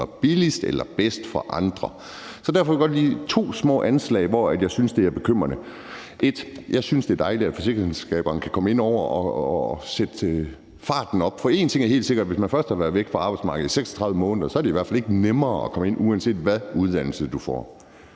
billigst eller bedst for andre. Så derfor vil jeg godt komme med tre små nedslag dér, hvor jeg synes, at det er bekymrende. Det første er, at jeg synes, at det er dejligt, at forsikringsselskaberne kan komme ind over og sætte farten op. For en ting er helt sikker: Hvis man først har været væk fra arbejdsmarkedet i 36 måneder, er det i hvert fald ikke nemmere at komme ind, uanset hvilken uddannelse du får.